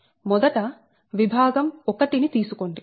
మొదట విభాగం 1 ని తీసుకోండి